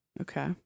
Okay